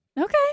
Okay